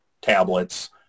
tablets